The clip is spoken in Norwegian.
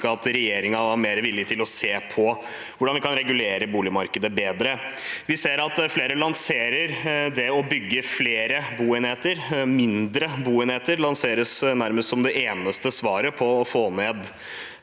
at regjeringen var mer villig til å se på hvordan vi kan regulere boligmarkedet bedre. Vi ser at flere lanserer det å bygge flere boenheter. Mindre boenheter lanseres nærmest som det eneste svaret på å få ned